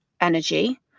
energy